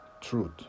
truth